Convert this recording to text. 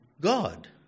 God